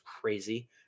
crazy